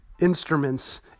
instruments